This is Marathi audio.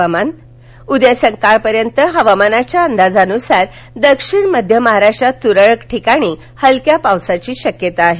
हवामान उद्या सकाळपर्यंतच्या हवामानाच्या अंदाजानुसार दक्षिण मध्य महाराष्ट्रात तुरळक ठिकाणी हलक्या पावसाची शक्यता आहे